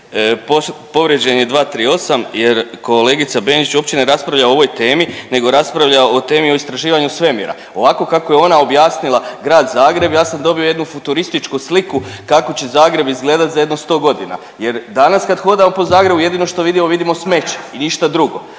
Povrijeđen je 238 jer kolegica Benčić uopće ne raspravlja o ovoj temi nego raspravlja o temi o istraživanju svemira. Ovako kako je ona objasnila Grad Zagreb, ja sam dobio jednu futurističku sliku kako će Zagreb izgledati za jedno 100 godina jer danas kad hodamo po Zagrebu, jedino što vidimo, vidimo smeće i ništa drugo,